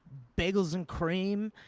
bagels and cream?